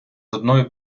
одної